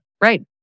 Right